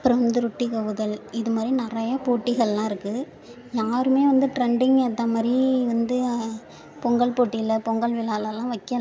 அப்புறோம் வந்து ரொட்டி கவ்வுதல் இது மாதிரி நிறையா போட்டிகளெலாம் இருக்குது யாரும் வந்து ட்ரெண்டிங் ஏற்றா மாதிரி வந்து பொங்கல் போட்டியில் பொங்கல் விழாலலாம் வைக்கல